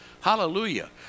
Hallelujah